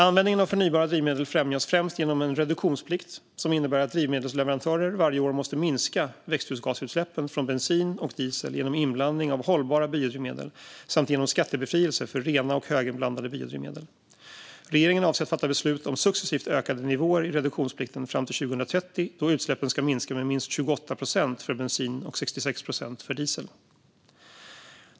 Användning av förnybara drivmedel främjas främst genom en reduktionsplikt som innebär att drivmedelsleverantörer varje år måste minska växthusgasutsläppen från bensin och diesel genom inblandning av hållbara biodrivmedel samt genom skattebefrielse för rena och höginblandade biodrivmedel. Regeringen avser att fatta beslut om successivt ökade nivåer i reduktionsplikten fram till 2030 då utsläppen ska minska med minst 28 procent för bensin och 66 procent för diesel.